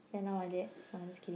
then now like that I'm just kidding